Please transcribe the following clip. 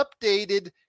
updated